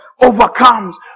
overcomes